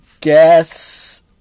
guess